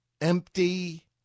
empty